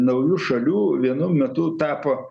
naujų šalių vienu metu tapo